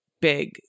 big